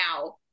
now